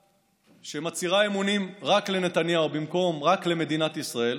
שמצהירה אמונים רק לנתניהו במקום רק למדינת ישראל,